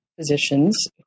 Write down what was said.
physicians